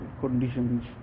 conditions